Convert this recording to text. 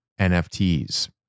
NFTs